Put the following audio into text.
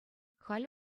халӗ